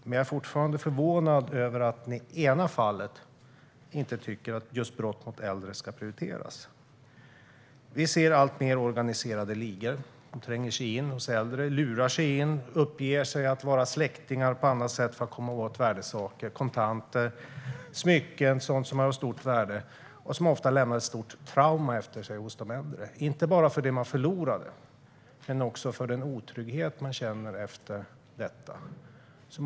Men jag är fortfarande förvånad över att ni inte tycker att just brott mot äldre ska prioriteras. Vi ser alltmer organiserade ligor som tränger sig in hos äldre. De lurar sig in. De uppger att de är släktingar eller luras på annat sätt för att komma åt värdesaker, kontanter och smycken - sådant som har ett stort värde. Detta medför ofta ett stort trauma för de äldre. Det handlar inte bara om det som de har förlorat utan också om den otrygghet de känner efter detta.